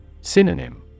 Synonym